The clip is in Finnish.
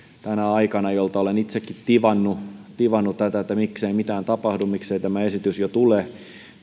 tänä aikana jolta olen itsekin tivannut tivannut miksei mitään tapahdu miksei tämä esitys jo tule